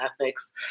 ethics